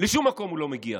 לשום מקום הוא לא מגיע.